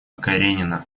каренина